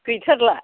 गैथारला